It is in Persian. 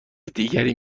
دیگری